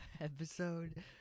episode